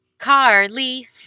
Carly